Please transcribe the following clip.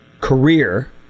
career